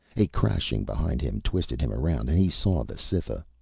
a crashing behind him twisted him around and he saw the cytha.